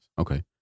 Okay